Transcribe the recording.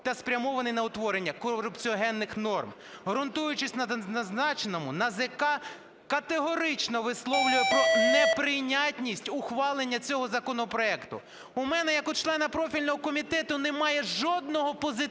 зазначеному, НАЗК категорично висловлює про неприйнятність ухвалення цього законопроекту. У мене як у члена профільного комітету немає жодного позитивного